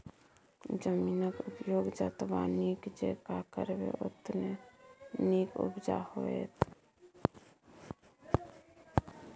जमीनक उपयोग जतबा नीक जेंका करबै ओतने नीक उपजा होएत